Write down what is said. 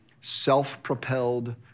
self-propelled